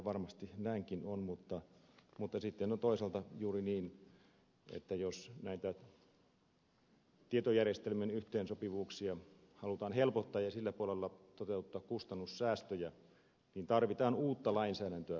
varmasti näinkin on mutta sitten on toisaalta juuri niin että jos näitä tietojärjestelmien yhteensopivuuksia halutaan helpottaa ja sillä puolella toteuttaa kustannussäästöjä niin tarvitaan uutta lainsäädäntöä